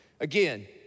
Again